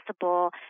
possible